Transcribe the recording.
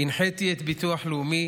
הנחיתי את הביטוח הלאומי